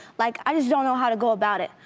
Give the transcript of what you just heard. like i don't know how to go about it.